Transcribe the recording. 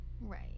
right